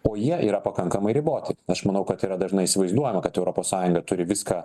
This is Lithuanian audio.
o jie yra pakankamai riboti aš manau kad yra dažnai įsivaizduojama kad europos sąjunga turi viską